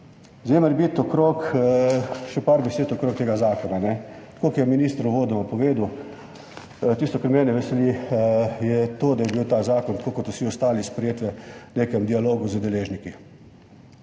Zdaj pa morebiti še par besed okrog tega zakona. Tako kot je minister uvodoma povedal, kar mene veseli, je to, da je bil ta zakon tako kot vsi ostali sprejet v nekem dialogu z deležniki.